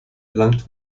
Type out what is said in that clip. erlangt